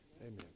Amen